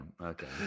Okay